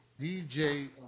DJ